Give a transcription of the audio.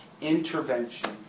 intervention